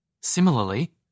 Similarly